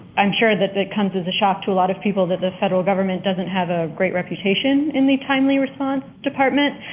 i'm sure that that comes as a shock to a lot of people, that the federal government doesn't have a great reputation in the timely response department.